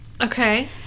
Okay